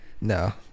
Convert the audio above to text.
no